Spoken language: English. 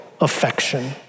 affection